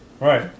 Right